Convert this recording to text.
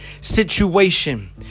situation